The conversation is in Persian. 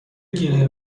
گینه